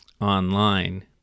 online